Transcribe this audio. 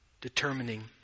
determining